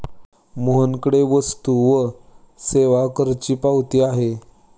मोहनकडे वस्तू व सेवा करची पावती आहे